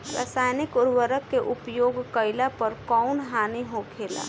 रसायनिक उर्वरक के उपयोग कइला पर कउन हानि होखेला?